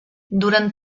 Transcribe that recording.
durant